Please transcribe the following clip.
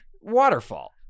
waterfall